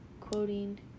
quoting